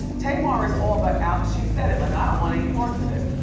tamar is all but out. she said it, like, i don't want any parts of this.